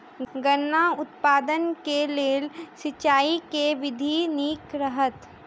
गन्ना उत्पादन केँ लेल सिंचाईक केँ विधि नीक रहत?